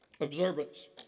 observance